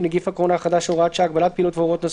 נגיף הקורונה החדש (הוראת שעה) (הגבלת פעילות והוראות נוספות),